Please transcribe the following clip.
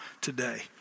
today